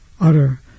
utter